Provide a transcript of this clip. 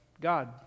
God